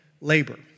labor